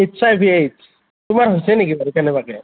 H I V AIDS তোমাৰ হৈছে নেকি বাৰু কেনেবাকে